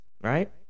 Right